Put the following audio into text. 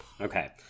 okay